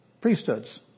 priesthoods